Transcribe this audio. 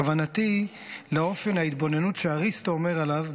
כוונתי היא לאופן ההתבוננות שאריסטו אומר עליו,